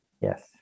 Yes